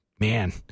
Man